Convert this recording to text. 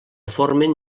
formen